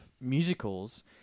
musicals